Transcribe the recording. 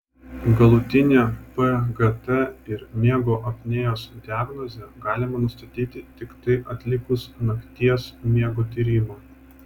galutinę pgt ir miego apnėjos diagnozę galima nustatyti tiktai atlikus nakties miego tyrimą